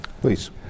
please